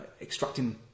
Extracting